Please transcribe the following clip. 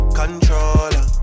controller